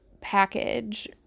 package